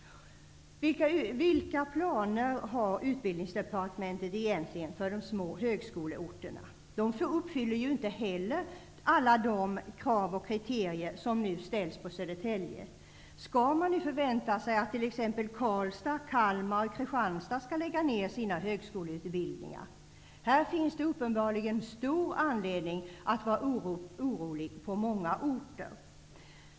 Vilka planer har egentligen Utbildningsdepartementet för de små högskoleorterna? Inte heller de uppfyller ju alla de krav och kriterier som nu ställs på Södertälje. Skall man förvänta sig att t.ex. Karlstad, Kalmar och Kristianstad skall lägga ner sina högskoleutbildningar? Här finns det uppenbarligen stor anledning på många orter att vara orolig.